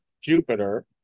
Jupiter